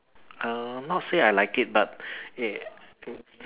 err not say I like it but